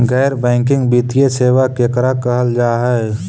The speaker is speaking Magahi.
गैर बैंकिंग वित्तीय सेबा केकरा कहल जा है?